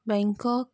Bangkok